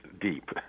deep